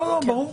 ברור,